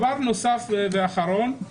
שאלה נוספת ואחרונה.